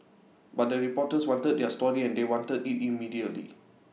but the reporters wanted their story and they wanted IT immediately